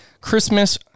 Christmas